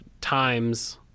times